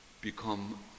become